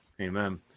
Amen